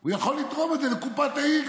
הוא יכול לתרום את זה לקופת העיר,